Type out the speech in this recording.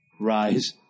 Rise